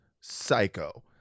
psycho